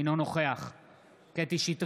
אינו נוכח קטי קטרין שטרית,